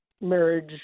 marriage